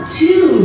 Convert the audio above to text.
two